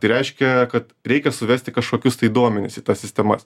tai reiškia kad reikia suvesti kažkokius tai duomenis į tas sistemas